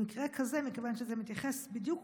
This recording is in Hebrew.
במקרה כזה, מכיוון שזה מתייחס בדיוק